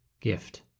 gift